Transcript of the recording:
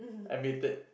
admit it